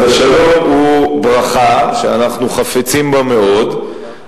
אז השלום הוא ברכה שאנחנו חפצים בה מאוד.